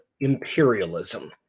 imperialism